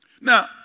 Now